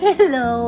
Hello